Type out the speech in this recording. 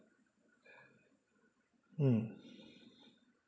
mm